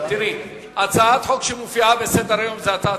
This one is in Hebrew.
הצעת החוק שלך.